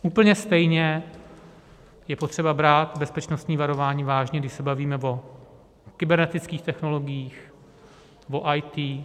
Úplně stejně je potřeba brát bezpečnostní varování vážně, když se bavíme o kybernetických technologiích, o IT.